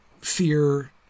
fear